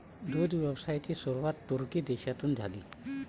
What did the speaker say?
दुग्ध व्यवसायाची सुरुवात तुर्की देशातून झाली